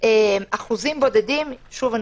אחוזים בודדים שוב,